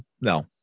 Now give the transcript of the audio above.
no